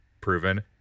proven